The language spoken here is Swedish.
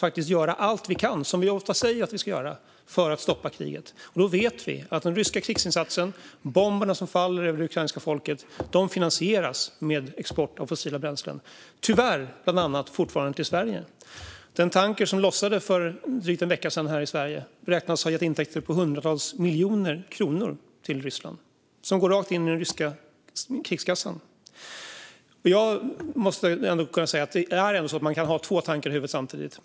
Vi måste göra allt vi kan, som vi ofta säger att vi ska göra, för att stoppa kriget, och vi vet att den ryska krigsinsatsen, bomberna som faller över det ukrainska folket, finansieras med export av fossila bränslen - tyvärr bland annat fortfarande till Sverige. Den tanker som lossade här i Sverige för drygt en vecka sedan beräknas ha gett intäkter på hundratals miljoner kronor till Ryssland, som går rakt in i den ryska krigskassan. Man måste ändå kunna ha två tankar i huvudet samtidigt.